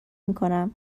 میکنم